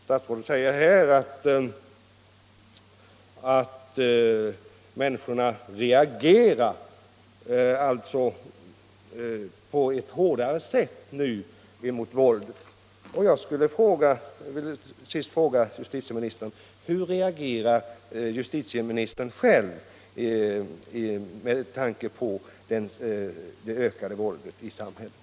Statsrådet säger att människorna reagerar hårdare nu emot våld än tidigare. Jag skulle då till sist vilja fråga justitieministern: Hur reagerar justitieministern själv på det ökade våldet i samhället?